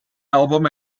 album